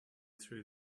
through